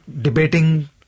debating